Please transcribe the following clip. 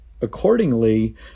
accordingly